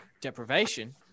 deprivation